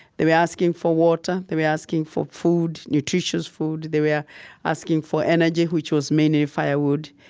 they were asking for water. they were asking for food, nutritious food. they were yeah asking for energy, which was mainly firewood.